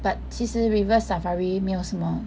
but 其实 River Safari 没有什么